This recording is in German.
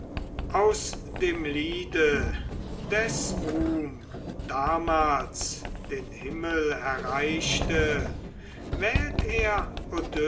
aus dem liede des ruhm damals den himmel erreichte wählt er